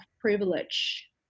privilege